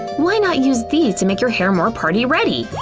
why not use these to make your hair more party-ready?